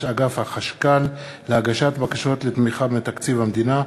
(אגף החשכ"ל) להגשת בקשות לתמיכה מתקציב המדינה.